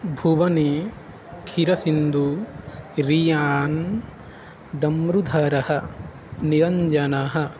भुवनिः खिरसिन्धुः रियान् डमृधारः निरञ्जनः